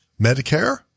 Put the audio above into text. Medicare